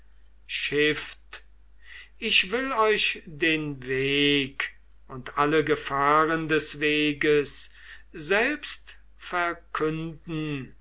ich will euch den weg und alle gefahren des weges selbst verkünden